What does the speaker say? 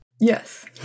Yes